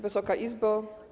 Wysoka Izbo!